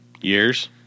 years